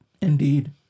Indeed